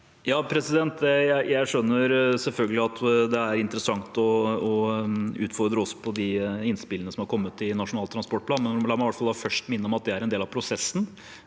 Jeg skjønner selvfølgelig at det er interessant å utfordre oss på de innspillene som har kommet i Nasjonal transportplan, men la meg i hvert fall først minne om at det er en del av prosessen.